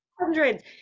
Hundreds